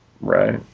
Right